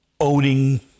owning